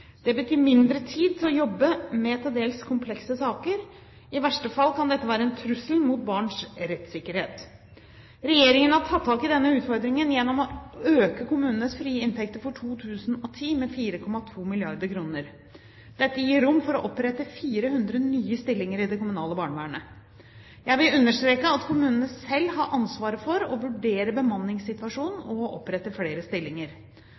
Det betyr mindre tid til å jobbe med til dels komplekse saker. I verste fall kan dette være en trussel mot barns rettssikkerhet. Regjeringen har tatt tak i denne utfordringen gjennom å øke kommunenes frie inntekter for 2010 med 4,2 mrd. kr. Dette gir rom for å opprette 400 nye stillinger i det kommunale barnevernet. Jeg vil understreke at kommunene selv har ansvaret for å vurdere bemanningssituasjonen og å opprette flere stillinger.